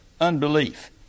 unbelief